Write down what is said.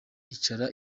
icara